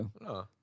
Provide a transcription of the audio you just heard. No